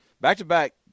Back-to-back